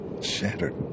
shattered